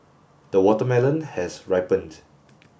the watermelon has ripened